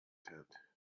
tent